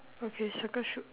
okay circle shoot